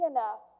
enough